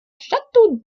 château